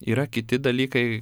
yra kiti dalykai